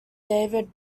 david